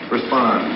Respond